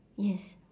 yes